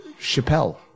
Chappelle